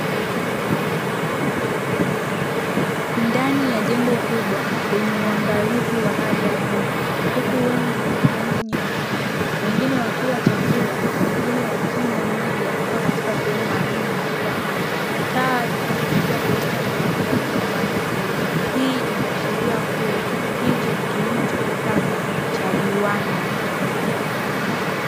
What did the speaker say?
Ndani ya jengo kubwa lenye uangalizi wa hali ya juu, kuku wengi wenye rangi nyeupe wengine wakila chakula, na wengine wakinywa vmaji yaliyowekwa katika sehemu maalumu ya kunywea maji, taa zinaosaidia kuleta mwanga ndani ya banda hilo, hii inaashiria kuwa hiki ni kilimo cha kisasa cha viwanda.